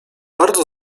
bardzo